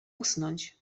usnąć